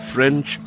French